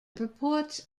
purports